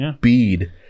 bead